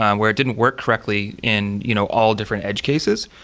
um where it didn't work correctly in you know all different edge cases.